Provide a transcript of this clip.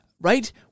right